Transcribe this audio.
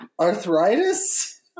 arthritis